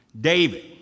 David